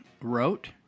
wrote